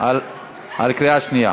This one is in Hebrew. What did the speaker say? בקריאה שנייה.